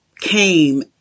came